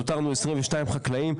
נותרנו 22 חקלאים,